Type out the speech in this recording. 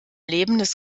lebendes